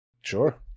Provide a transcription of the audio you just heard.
Sure